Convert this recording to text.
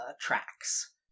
tracks